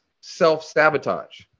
self-sabotage